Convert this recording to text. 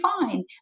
fine